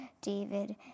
David